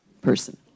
person